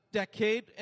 decade